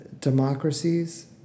democracies